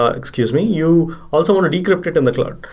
ah excuse me, you also want to decrypt it in the cloud.